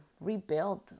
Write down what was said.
rebuild